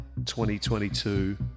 2022